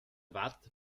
watt